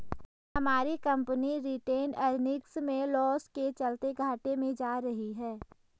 हमारी company retained earnings में loss के चलते घाटे में जा रही है